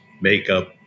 makeup